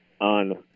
on